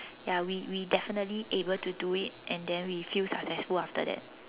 ya we we definitely able to do it and then we feel successful after that